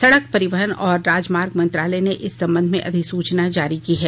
सड़क परिवहन और राजमार्ग मंत्रालय ने इस संबंध में अधिसुचना जारी की है